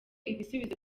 ibisubizo